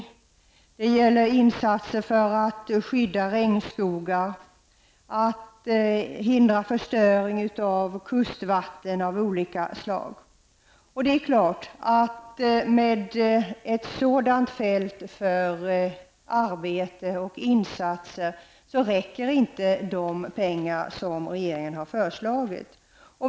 Vidare gäller det insatser för att skydda regnsskogar samt för att förhindra olika slags förstöring av kustvatten. För ett så omfattande fält för arbete och insatser räcker självfallet inte de pengar som regeringen har föreslagit.